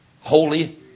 holy